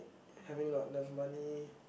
having not enough money